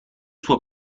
suo